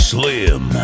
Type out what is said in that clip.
Slim